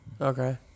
Okay